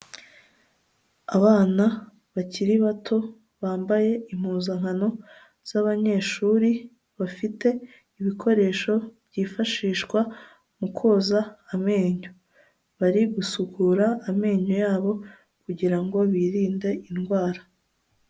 Abana bakiri bato bambaye impuzankano z'abanyeshuri bafite ibikoresho byifashishwa mu koza amenyo, bari gusukura amenyo yabo kugira ngo birinde indwara.